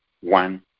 one